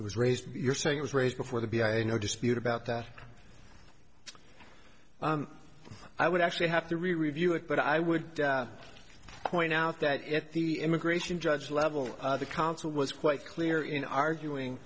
it was raised you're saying it was raised before the b i no dispute about that i would actually have to re review it but i would point out that at the immigration judge level the consul was quite clear in arguing